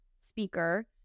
speaker